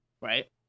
right